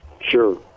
Sure